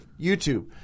YouTube